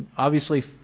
obviously,